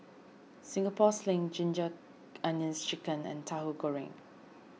Singapore Sling Ginger Onions Chicken and Tahu Goreng